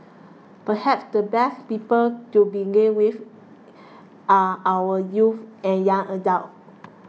perhaps the best people to begin with are our youths and young adults